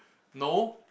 no